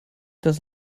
das